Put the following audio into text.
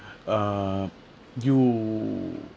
uh you